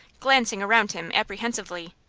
glancing around him apprehensively.